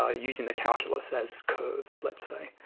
ah using the calculus as curves, let's say.